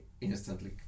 instantly